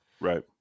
Right